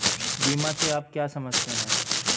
बीमा से आप क्या समझते हैं?